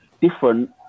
different